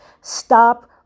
stop